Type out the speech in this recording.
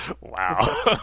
Wow